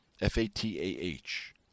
F-A-T-A-H